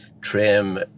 trim